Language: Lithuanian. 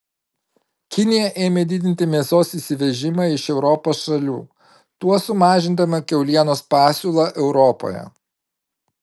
kinija ėmė didinti mėsos įsivežimą iš europos šalių tuo sumažindama kiaulienos pasiūlą europoje